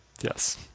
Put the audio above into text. Yes